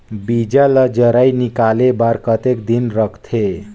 बीजा ला जराई निकाले बार कतेक दिन रखथे?